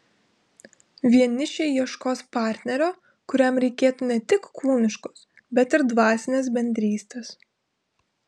vienišiai ieškos partnerio kuriam reikėtų ne tik kūniškos bet ir dvasinės bendrystės